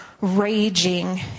raging